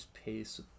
pace